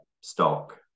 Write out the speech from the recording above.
stock